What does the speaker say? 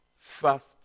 Fast